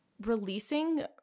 releasing